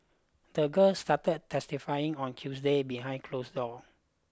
the girl started testifying on Tuesday behind closed doors